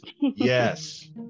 Yes